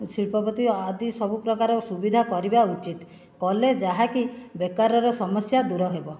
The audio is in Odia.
ଶିଳ୍ପ ପ୍ରତି ଆଦି ସବୁ ପ୍ରକାର ସୁବିଧା କରିବା ଉଚିତ କଲେ ଯାହାକି ବେକାରର ସମସ୍ୟା ଦୂର ହେବ